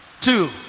two